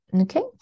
okay